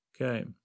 Okay